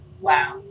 wow